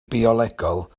biolegol